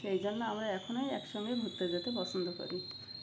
সেই জন্য আমরা এখনই একসঙ্গে ঘুরতে যেতে পছন্দ করি